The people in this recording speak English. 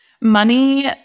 money